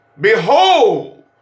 Behold